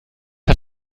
hat